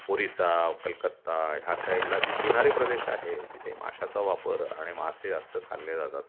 ओरिसा कलकत्ता ह्या साईडला जे किनारी प्रदेश आहे तिथे माश्याचा वापर आणि मासे जास्त खाल्ले जातात